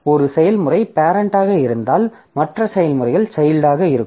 ஒரு செயல்முறை பேரெண்ட் ஆக இருந்தால் மற்ற செயல்முறைகள் சைல்ட் ஆக இருக்கும்